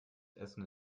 essen